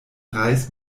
reis